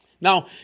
Now